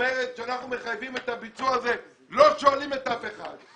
שאומרת שאנחנו מחייבים את הביצוע הזה ולא שואלים אף אחד.